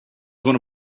wanna